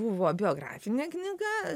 buvo biografinė knyga